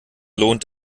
lohnt